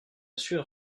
sûr